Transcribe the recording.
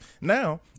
Now